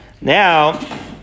Now